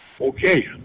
Okay